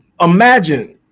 imagine